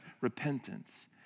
repentance